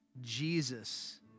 Jesus